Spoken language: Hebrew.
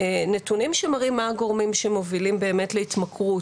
נתונים שמראים מה הגורמים שמובילים להתמכרות.